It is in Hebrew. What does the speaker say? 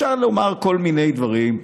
אפשר לומר כל מיני דברים,